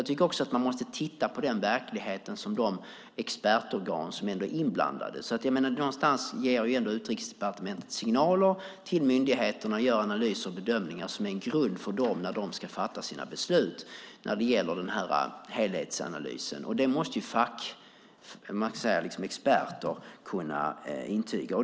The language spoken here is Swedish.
Jag tycker att man måste titta på den verklighet som de expertorgan som är inblandade pekar på. Någonstans ger ändå Utrikesdepartementet signaler till myndigheterna och gör analyser och bedömningar som är en grund för dem när de ska fatta sina beslut när det gäller den här helhetsanalysen. Detta måste ju experter kunna intyga.